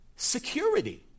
Security